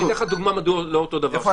אני אתן לך דוגמה מדוע זה לא אותו דבר.